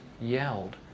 yelled